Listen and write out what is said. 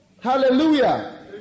Hallelujah